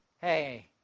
Hey